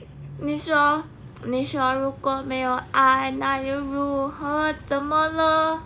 你说你说如果没有爱哪有如何怎么了